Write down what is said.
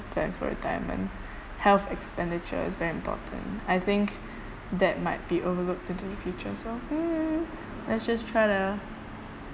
plan for retirement health expenditure is very important I think that might be overlooked into the future so hmm let's just try to